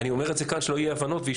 אני אומר את זה כאן שלא יהיו אי הבנות.